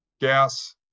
gas